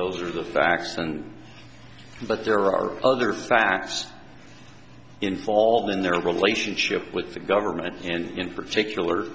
those are the facts and but there are other facts involved in their relationship with the government and in particular